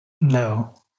No